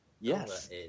Yes